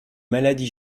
maladie